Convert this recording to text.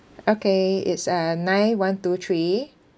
okay it's a nine one two three